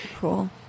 Cool